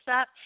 up